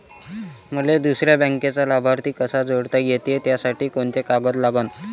मले दुसऱ्या बँकेचा लाभार्थी कसा जोडता येते, त्यासाठी कोंते कागद लागन?